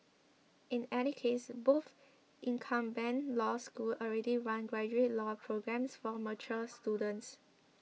in any case both incumbent law schools already run graduate law programmes for mature students